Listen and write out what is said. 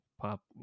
pop